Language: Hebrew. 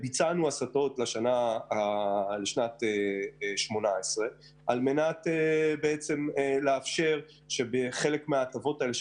ביצענו הסטות לשנת 2018 על מנת לאפשר שחלק מהרווחים של